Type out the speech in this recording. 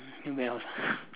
and where else ah